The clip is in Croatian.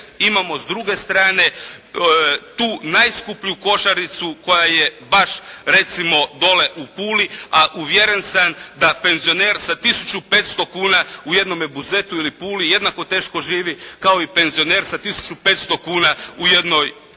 imamo s druge strane tu najskuplju košaricu koja je baš recimo dole u Puli, a uvjeren sam da penzioner sa tisuću i 500 kuna u jednome Buzetu ili Puli jednako teško živi kao i penzioner sa tisuću i 500 kuna u jednoj